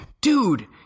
dude